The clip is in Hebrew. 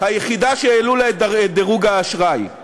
היחידה שהעלו לה את דירוג האשראי.